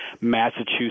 Massachusetts